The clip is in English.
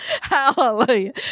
Hallelujah